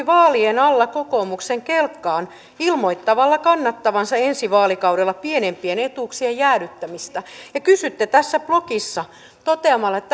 vaalien alla kokoomuksen kelkkaan ilmoittamalla kannattavansa ensi vaalikaudella pienimpien etuuksien jäädyttämistä ja toteatte tässä blogissa että